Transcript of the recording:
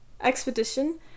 expedition